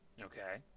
Okay